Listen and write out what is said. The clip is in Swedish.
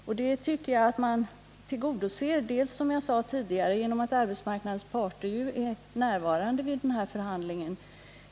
Det önskemålet tycker jag tillgodoses, som jag sade tidigare, genom att arbetsmarknadens parter är närvarande vid förhandlingen.